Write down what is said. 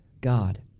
God